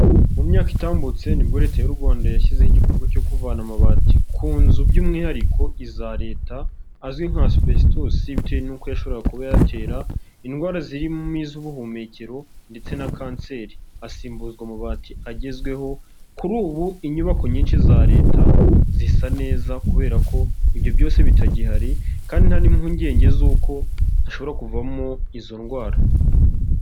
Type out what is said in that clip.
Mu myaka itambutse ni bwo Leta y'u Rwanda yashyizeho igikorwa cyo kuvana amabati ku nzu by'umwihariko iza Leta azwi nka sipesitusi bitewe nuko yashoboraga kuba yatera indwara zirimo iz'ubuhumekero ndetse na kanseri. Asimbuzwa amabati agezweho. Kuri ubu inyubako nyinshi za Leta zisa neza kubera ko ibyo byose bitagihari, kandi nta n'impungenge z'uko hashobora kuvamo izo ndwara.